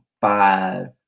five